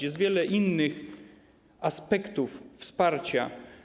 Jest wiele innych aspektów wsparcia.